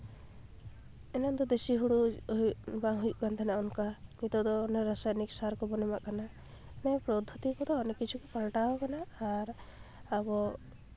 ᱮᱱᱟᱱ ᱫᱚ ᱫᱮᱥᱤ ᱦᱳᱲᱳ ᱦᱩᱭᱩᱜ ᱵᱟᱝ ᱦᱩᱭᱩᱜ ᱠᱟᱱ ᱛᱟᱦᱮᱱᱟ ᱚᱱᱠᱟ ᱱᱤᱛᱳᱜ ᱫᱚ ᱚᱱᱮ ᱨᱟᱥᱟᱭᱱᱤᱠ ᱥᱟᱨ ᱠᱚᱵᱚᱱ ᱮᱢᱟᱜ ᱠᱟᱱᱟ ᱢᱟᱱᱮ ᱯᱚᱫᱽᱫᱷᱚᱛᱤ ᱠᱚᱫᱚ ᱚᱱᱮᱠ ᱠᱤᱪᱷᱩ ᱜᱮ ᱯᱟᱞᱴᱟᱣ ᱠᱟᱱᱟ ᱟᱨ ᱟᱵᱚ